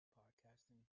podcasting